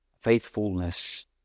faithfulness